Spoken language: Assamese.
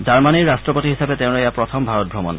জাৰ্মানৰ ৰাট্টপতি হিচাপে তেওঁৰ এয়া প্ৰথম ভাৰত ভ্ৰমণ